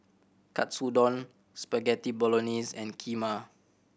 Katsudon Spaghetti Bolognese and Kheema